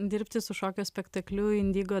dirbti su šokio spektakliu indigo